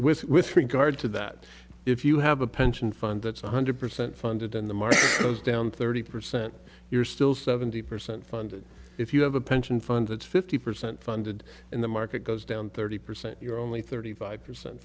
but with regard to that if you have a pension fund that's one hundred percent funded and the market goes down thirty percent you're still seventy percent funded if you have a pension fund that's fifty percent funded and the market goes down thirty percent you're only thirty five percent